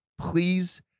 Please